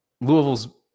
Louisville's